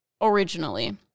originally